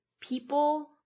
People